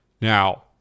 Now